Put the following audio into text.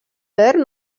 verd